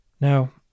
Now